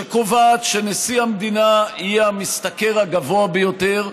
שקובעת שנשיא המדינה יהיה המשתכר הגבוה ביותר,